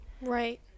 right